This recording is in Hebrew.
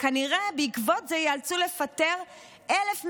וכנראה בעקבות זה ייאלצו לפטר 1,100